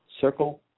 Circle